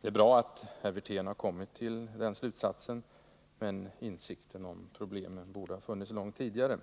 Det är bra att herr Wirtén har kommit till den slutsatsen, men insikten om problemen borde ha funnits långt tidigare.